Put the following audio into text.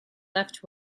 left